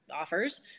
offers